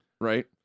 Right